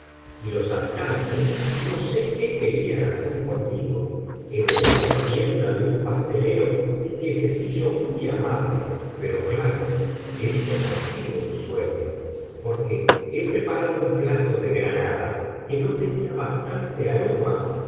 y los habitantes no sé qué querían hacer conmigo heredé la tienda de un pastelero un viejecillo muy amable pero claro esto no ha sido un sueño porque he preparado un plato de granada que no tenía bastante aroma